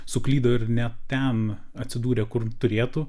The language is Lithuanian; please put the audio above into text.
suklydo ir ne ten atsidūrė kur turėtų